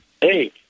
Hey